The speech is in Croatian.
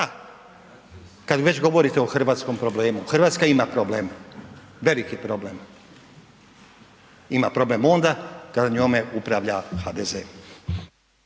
kad već govorite o hrvatskom problemu, RH ima problem, veliki problem, ima problem onda kada njome upravlja HDZ.